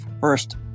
first